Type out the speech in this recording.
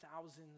thousands